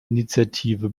initiative